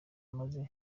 maze